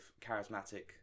charismatic